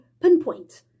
pinpoint